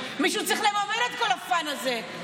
מישהו צריך לממן את כל ה-fun הזה.